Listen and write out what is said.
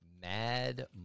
Mad